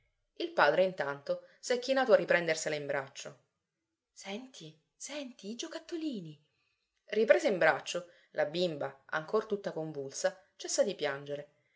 il padre intanto s'è chinato a riprendersela in braccio senti senti i giocattolini ripresa in braccio la bimba ancor tutta convulsa cessa di piangere